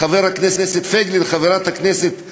חבר הכנסת פייגלין, חברת הכנסת חוטובלי,